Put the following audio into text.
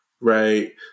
right